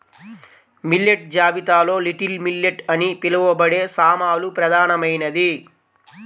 millet జాబితాలో little millet అని పిలవబడే సామలు ప్రధానమైనది